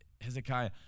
Hezekiah